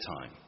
time